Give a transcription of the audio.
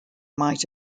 might